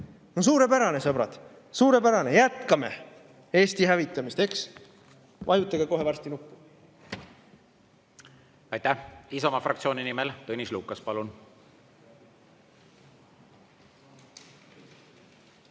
suurepärane, sõbrad! Suurepärane! Jätkame Eesti hävitamist, eks! Vajutage kohe varsti nuppu! Aitäh! Isamaa fraktsiooni nimel Tõnis Lukas, palun!